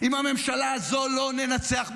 עם הממשלה הזו לא ננצח במלחמה.